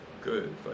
Good